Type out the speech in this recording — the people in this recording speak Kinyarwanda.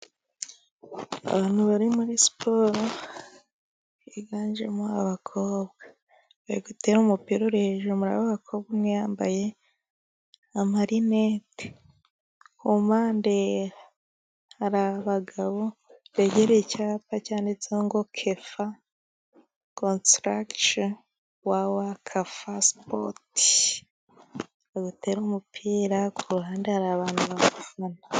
Abantu bari muri siporo yiganjemo abakobwa bari gutera umupira uri hejuru, muri abo bakobwa umwe yambaye amarinete, ku mpande hari abagabo begereye icyapa cyanditseho ngo kefa konsitrakisheni wawakafaspoti, bari gutera umupira ku ruhande hari abantu ba.....